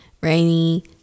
rainy